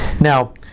Now